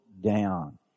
down